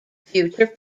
future